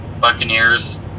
Buccaneers